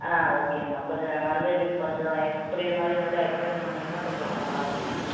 ஆ ஓகேம்மா கொஞ்சம் வந்து நீங்கள் கொஞ்சம் எக்ஸ் புரிகிற மாதிரி நல்லா எக்ஸ்பிளைன் பண்ணிங்கன்னா கொஞ்சம் நல்லாயிருக்கும்மா